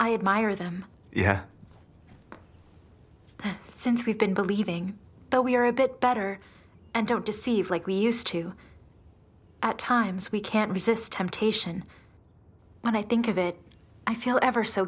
i admire them yeah since we've been believing that we are a bit better and don't deceive like we used to at times we can't resist temptation when i think of it i feel ever so